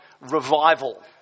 revival